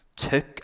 took